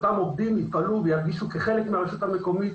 שאותם עובדים יפעלו וירגישו כחלק מהרשות המקומית,